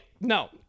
no